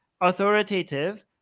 authoritative